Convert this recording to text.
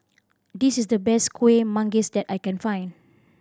this is the best Kueh Manggis that I can find